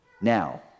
Now